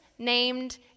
named